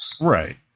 Right